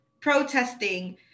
protesting